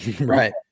Right